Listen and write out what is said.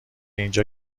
اینجا